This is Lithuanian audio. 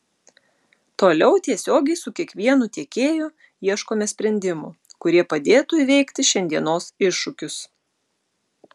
toliau tiesiogiai su kiekvienu tiekėju ieškome sprendimų kurie padėtų įveikti šiandienos iššūkius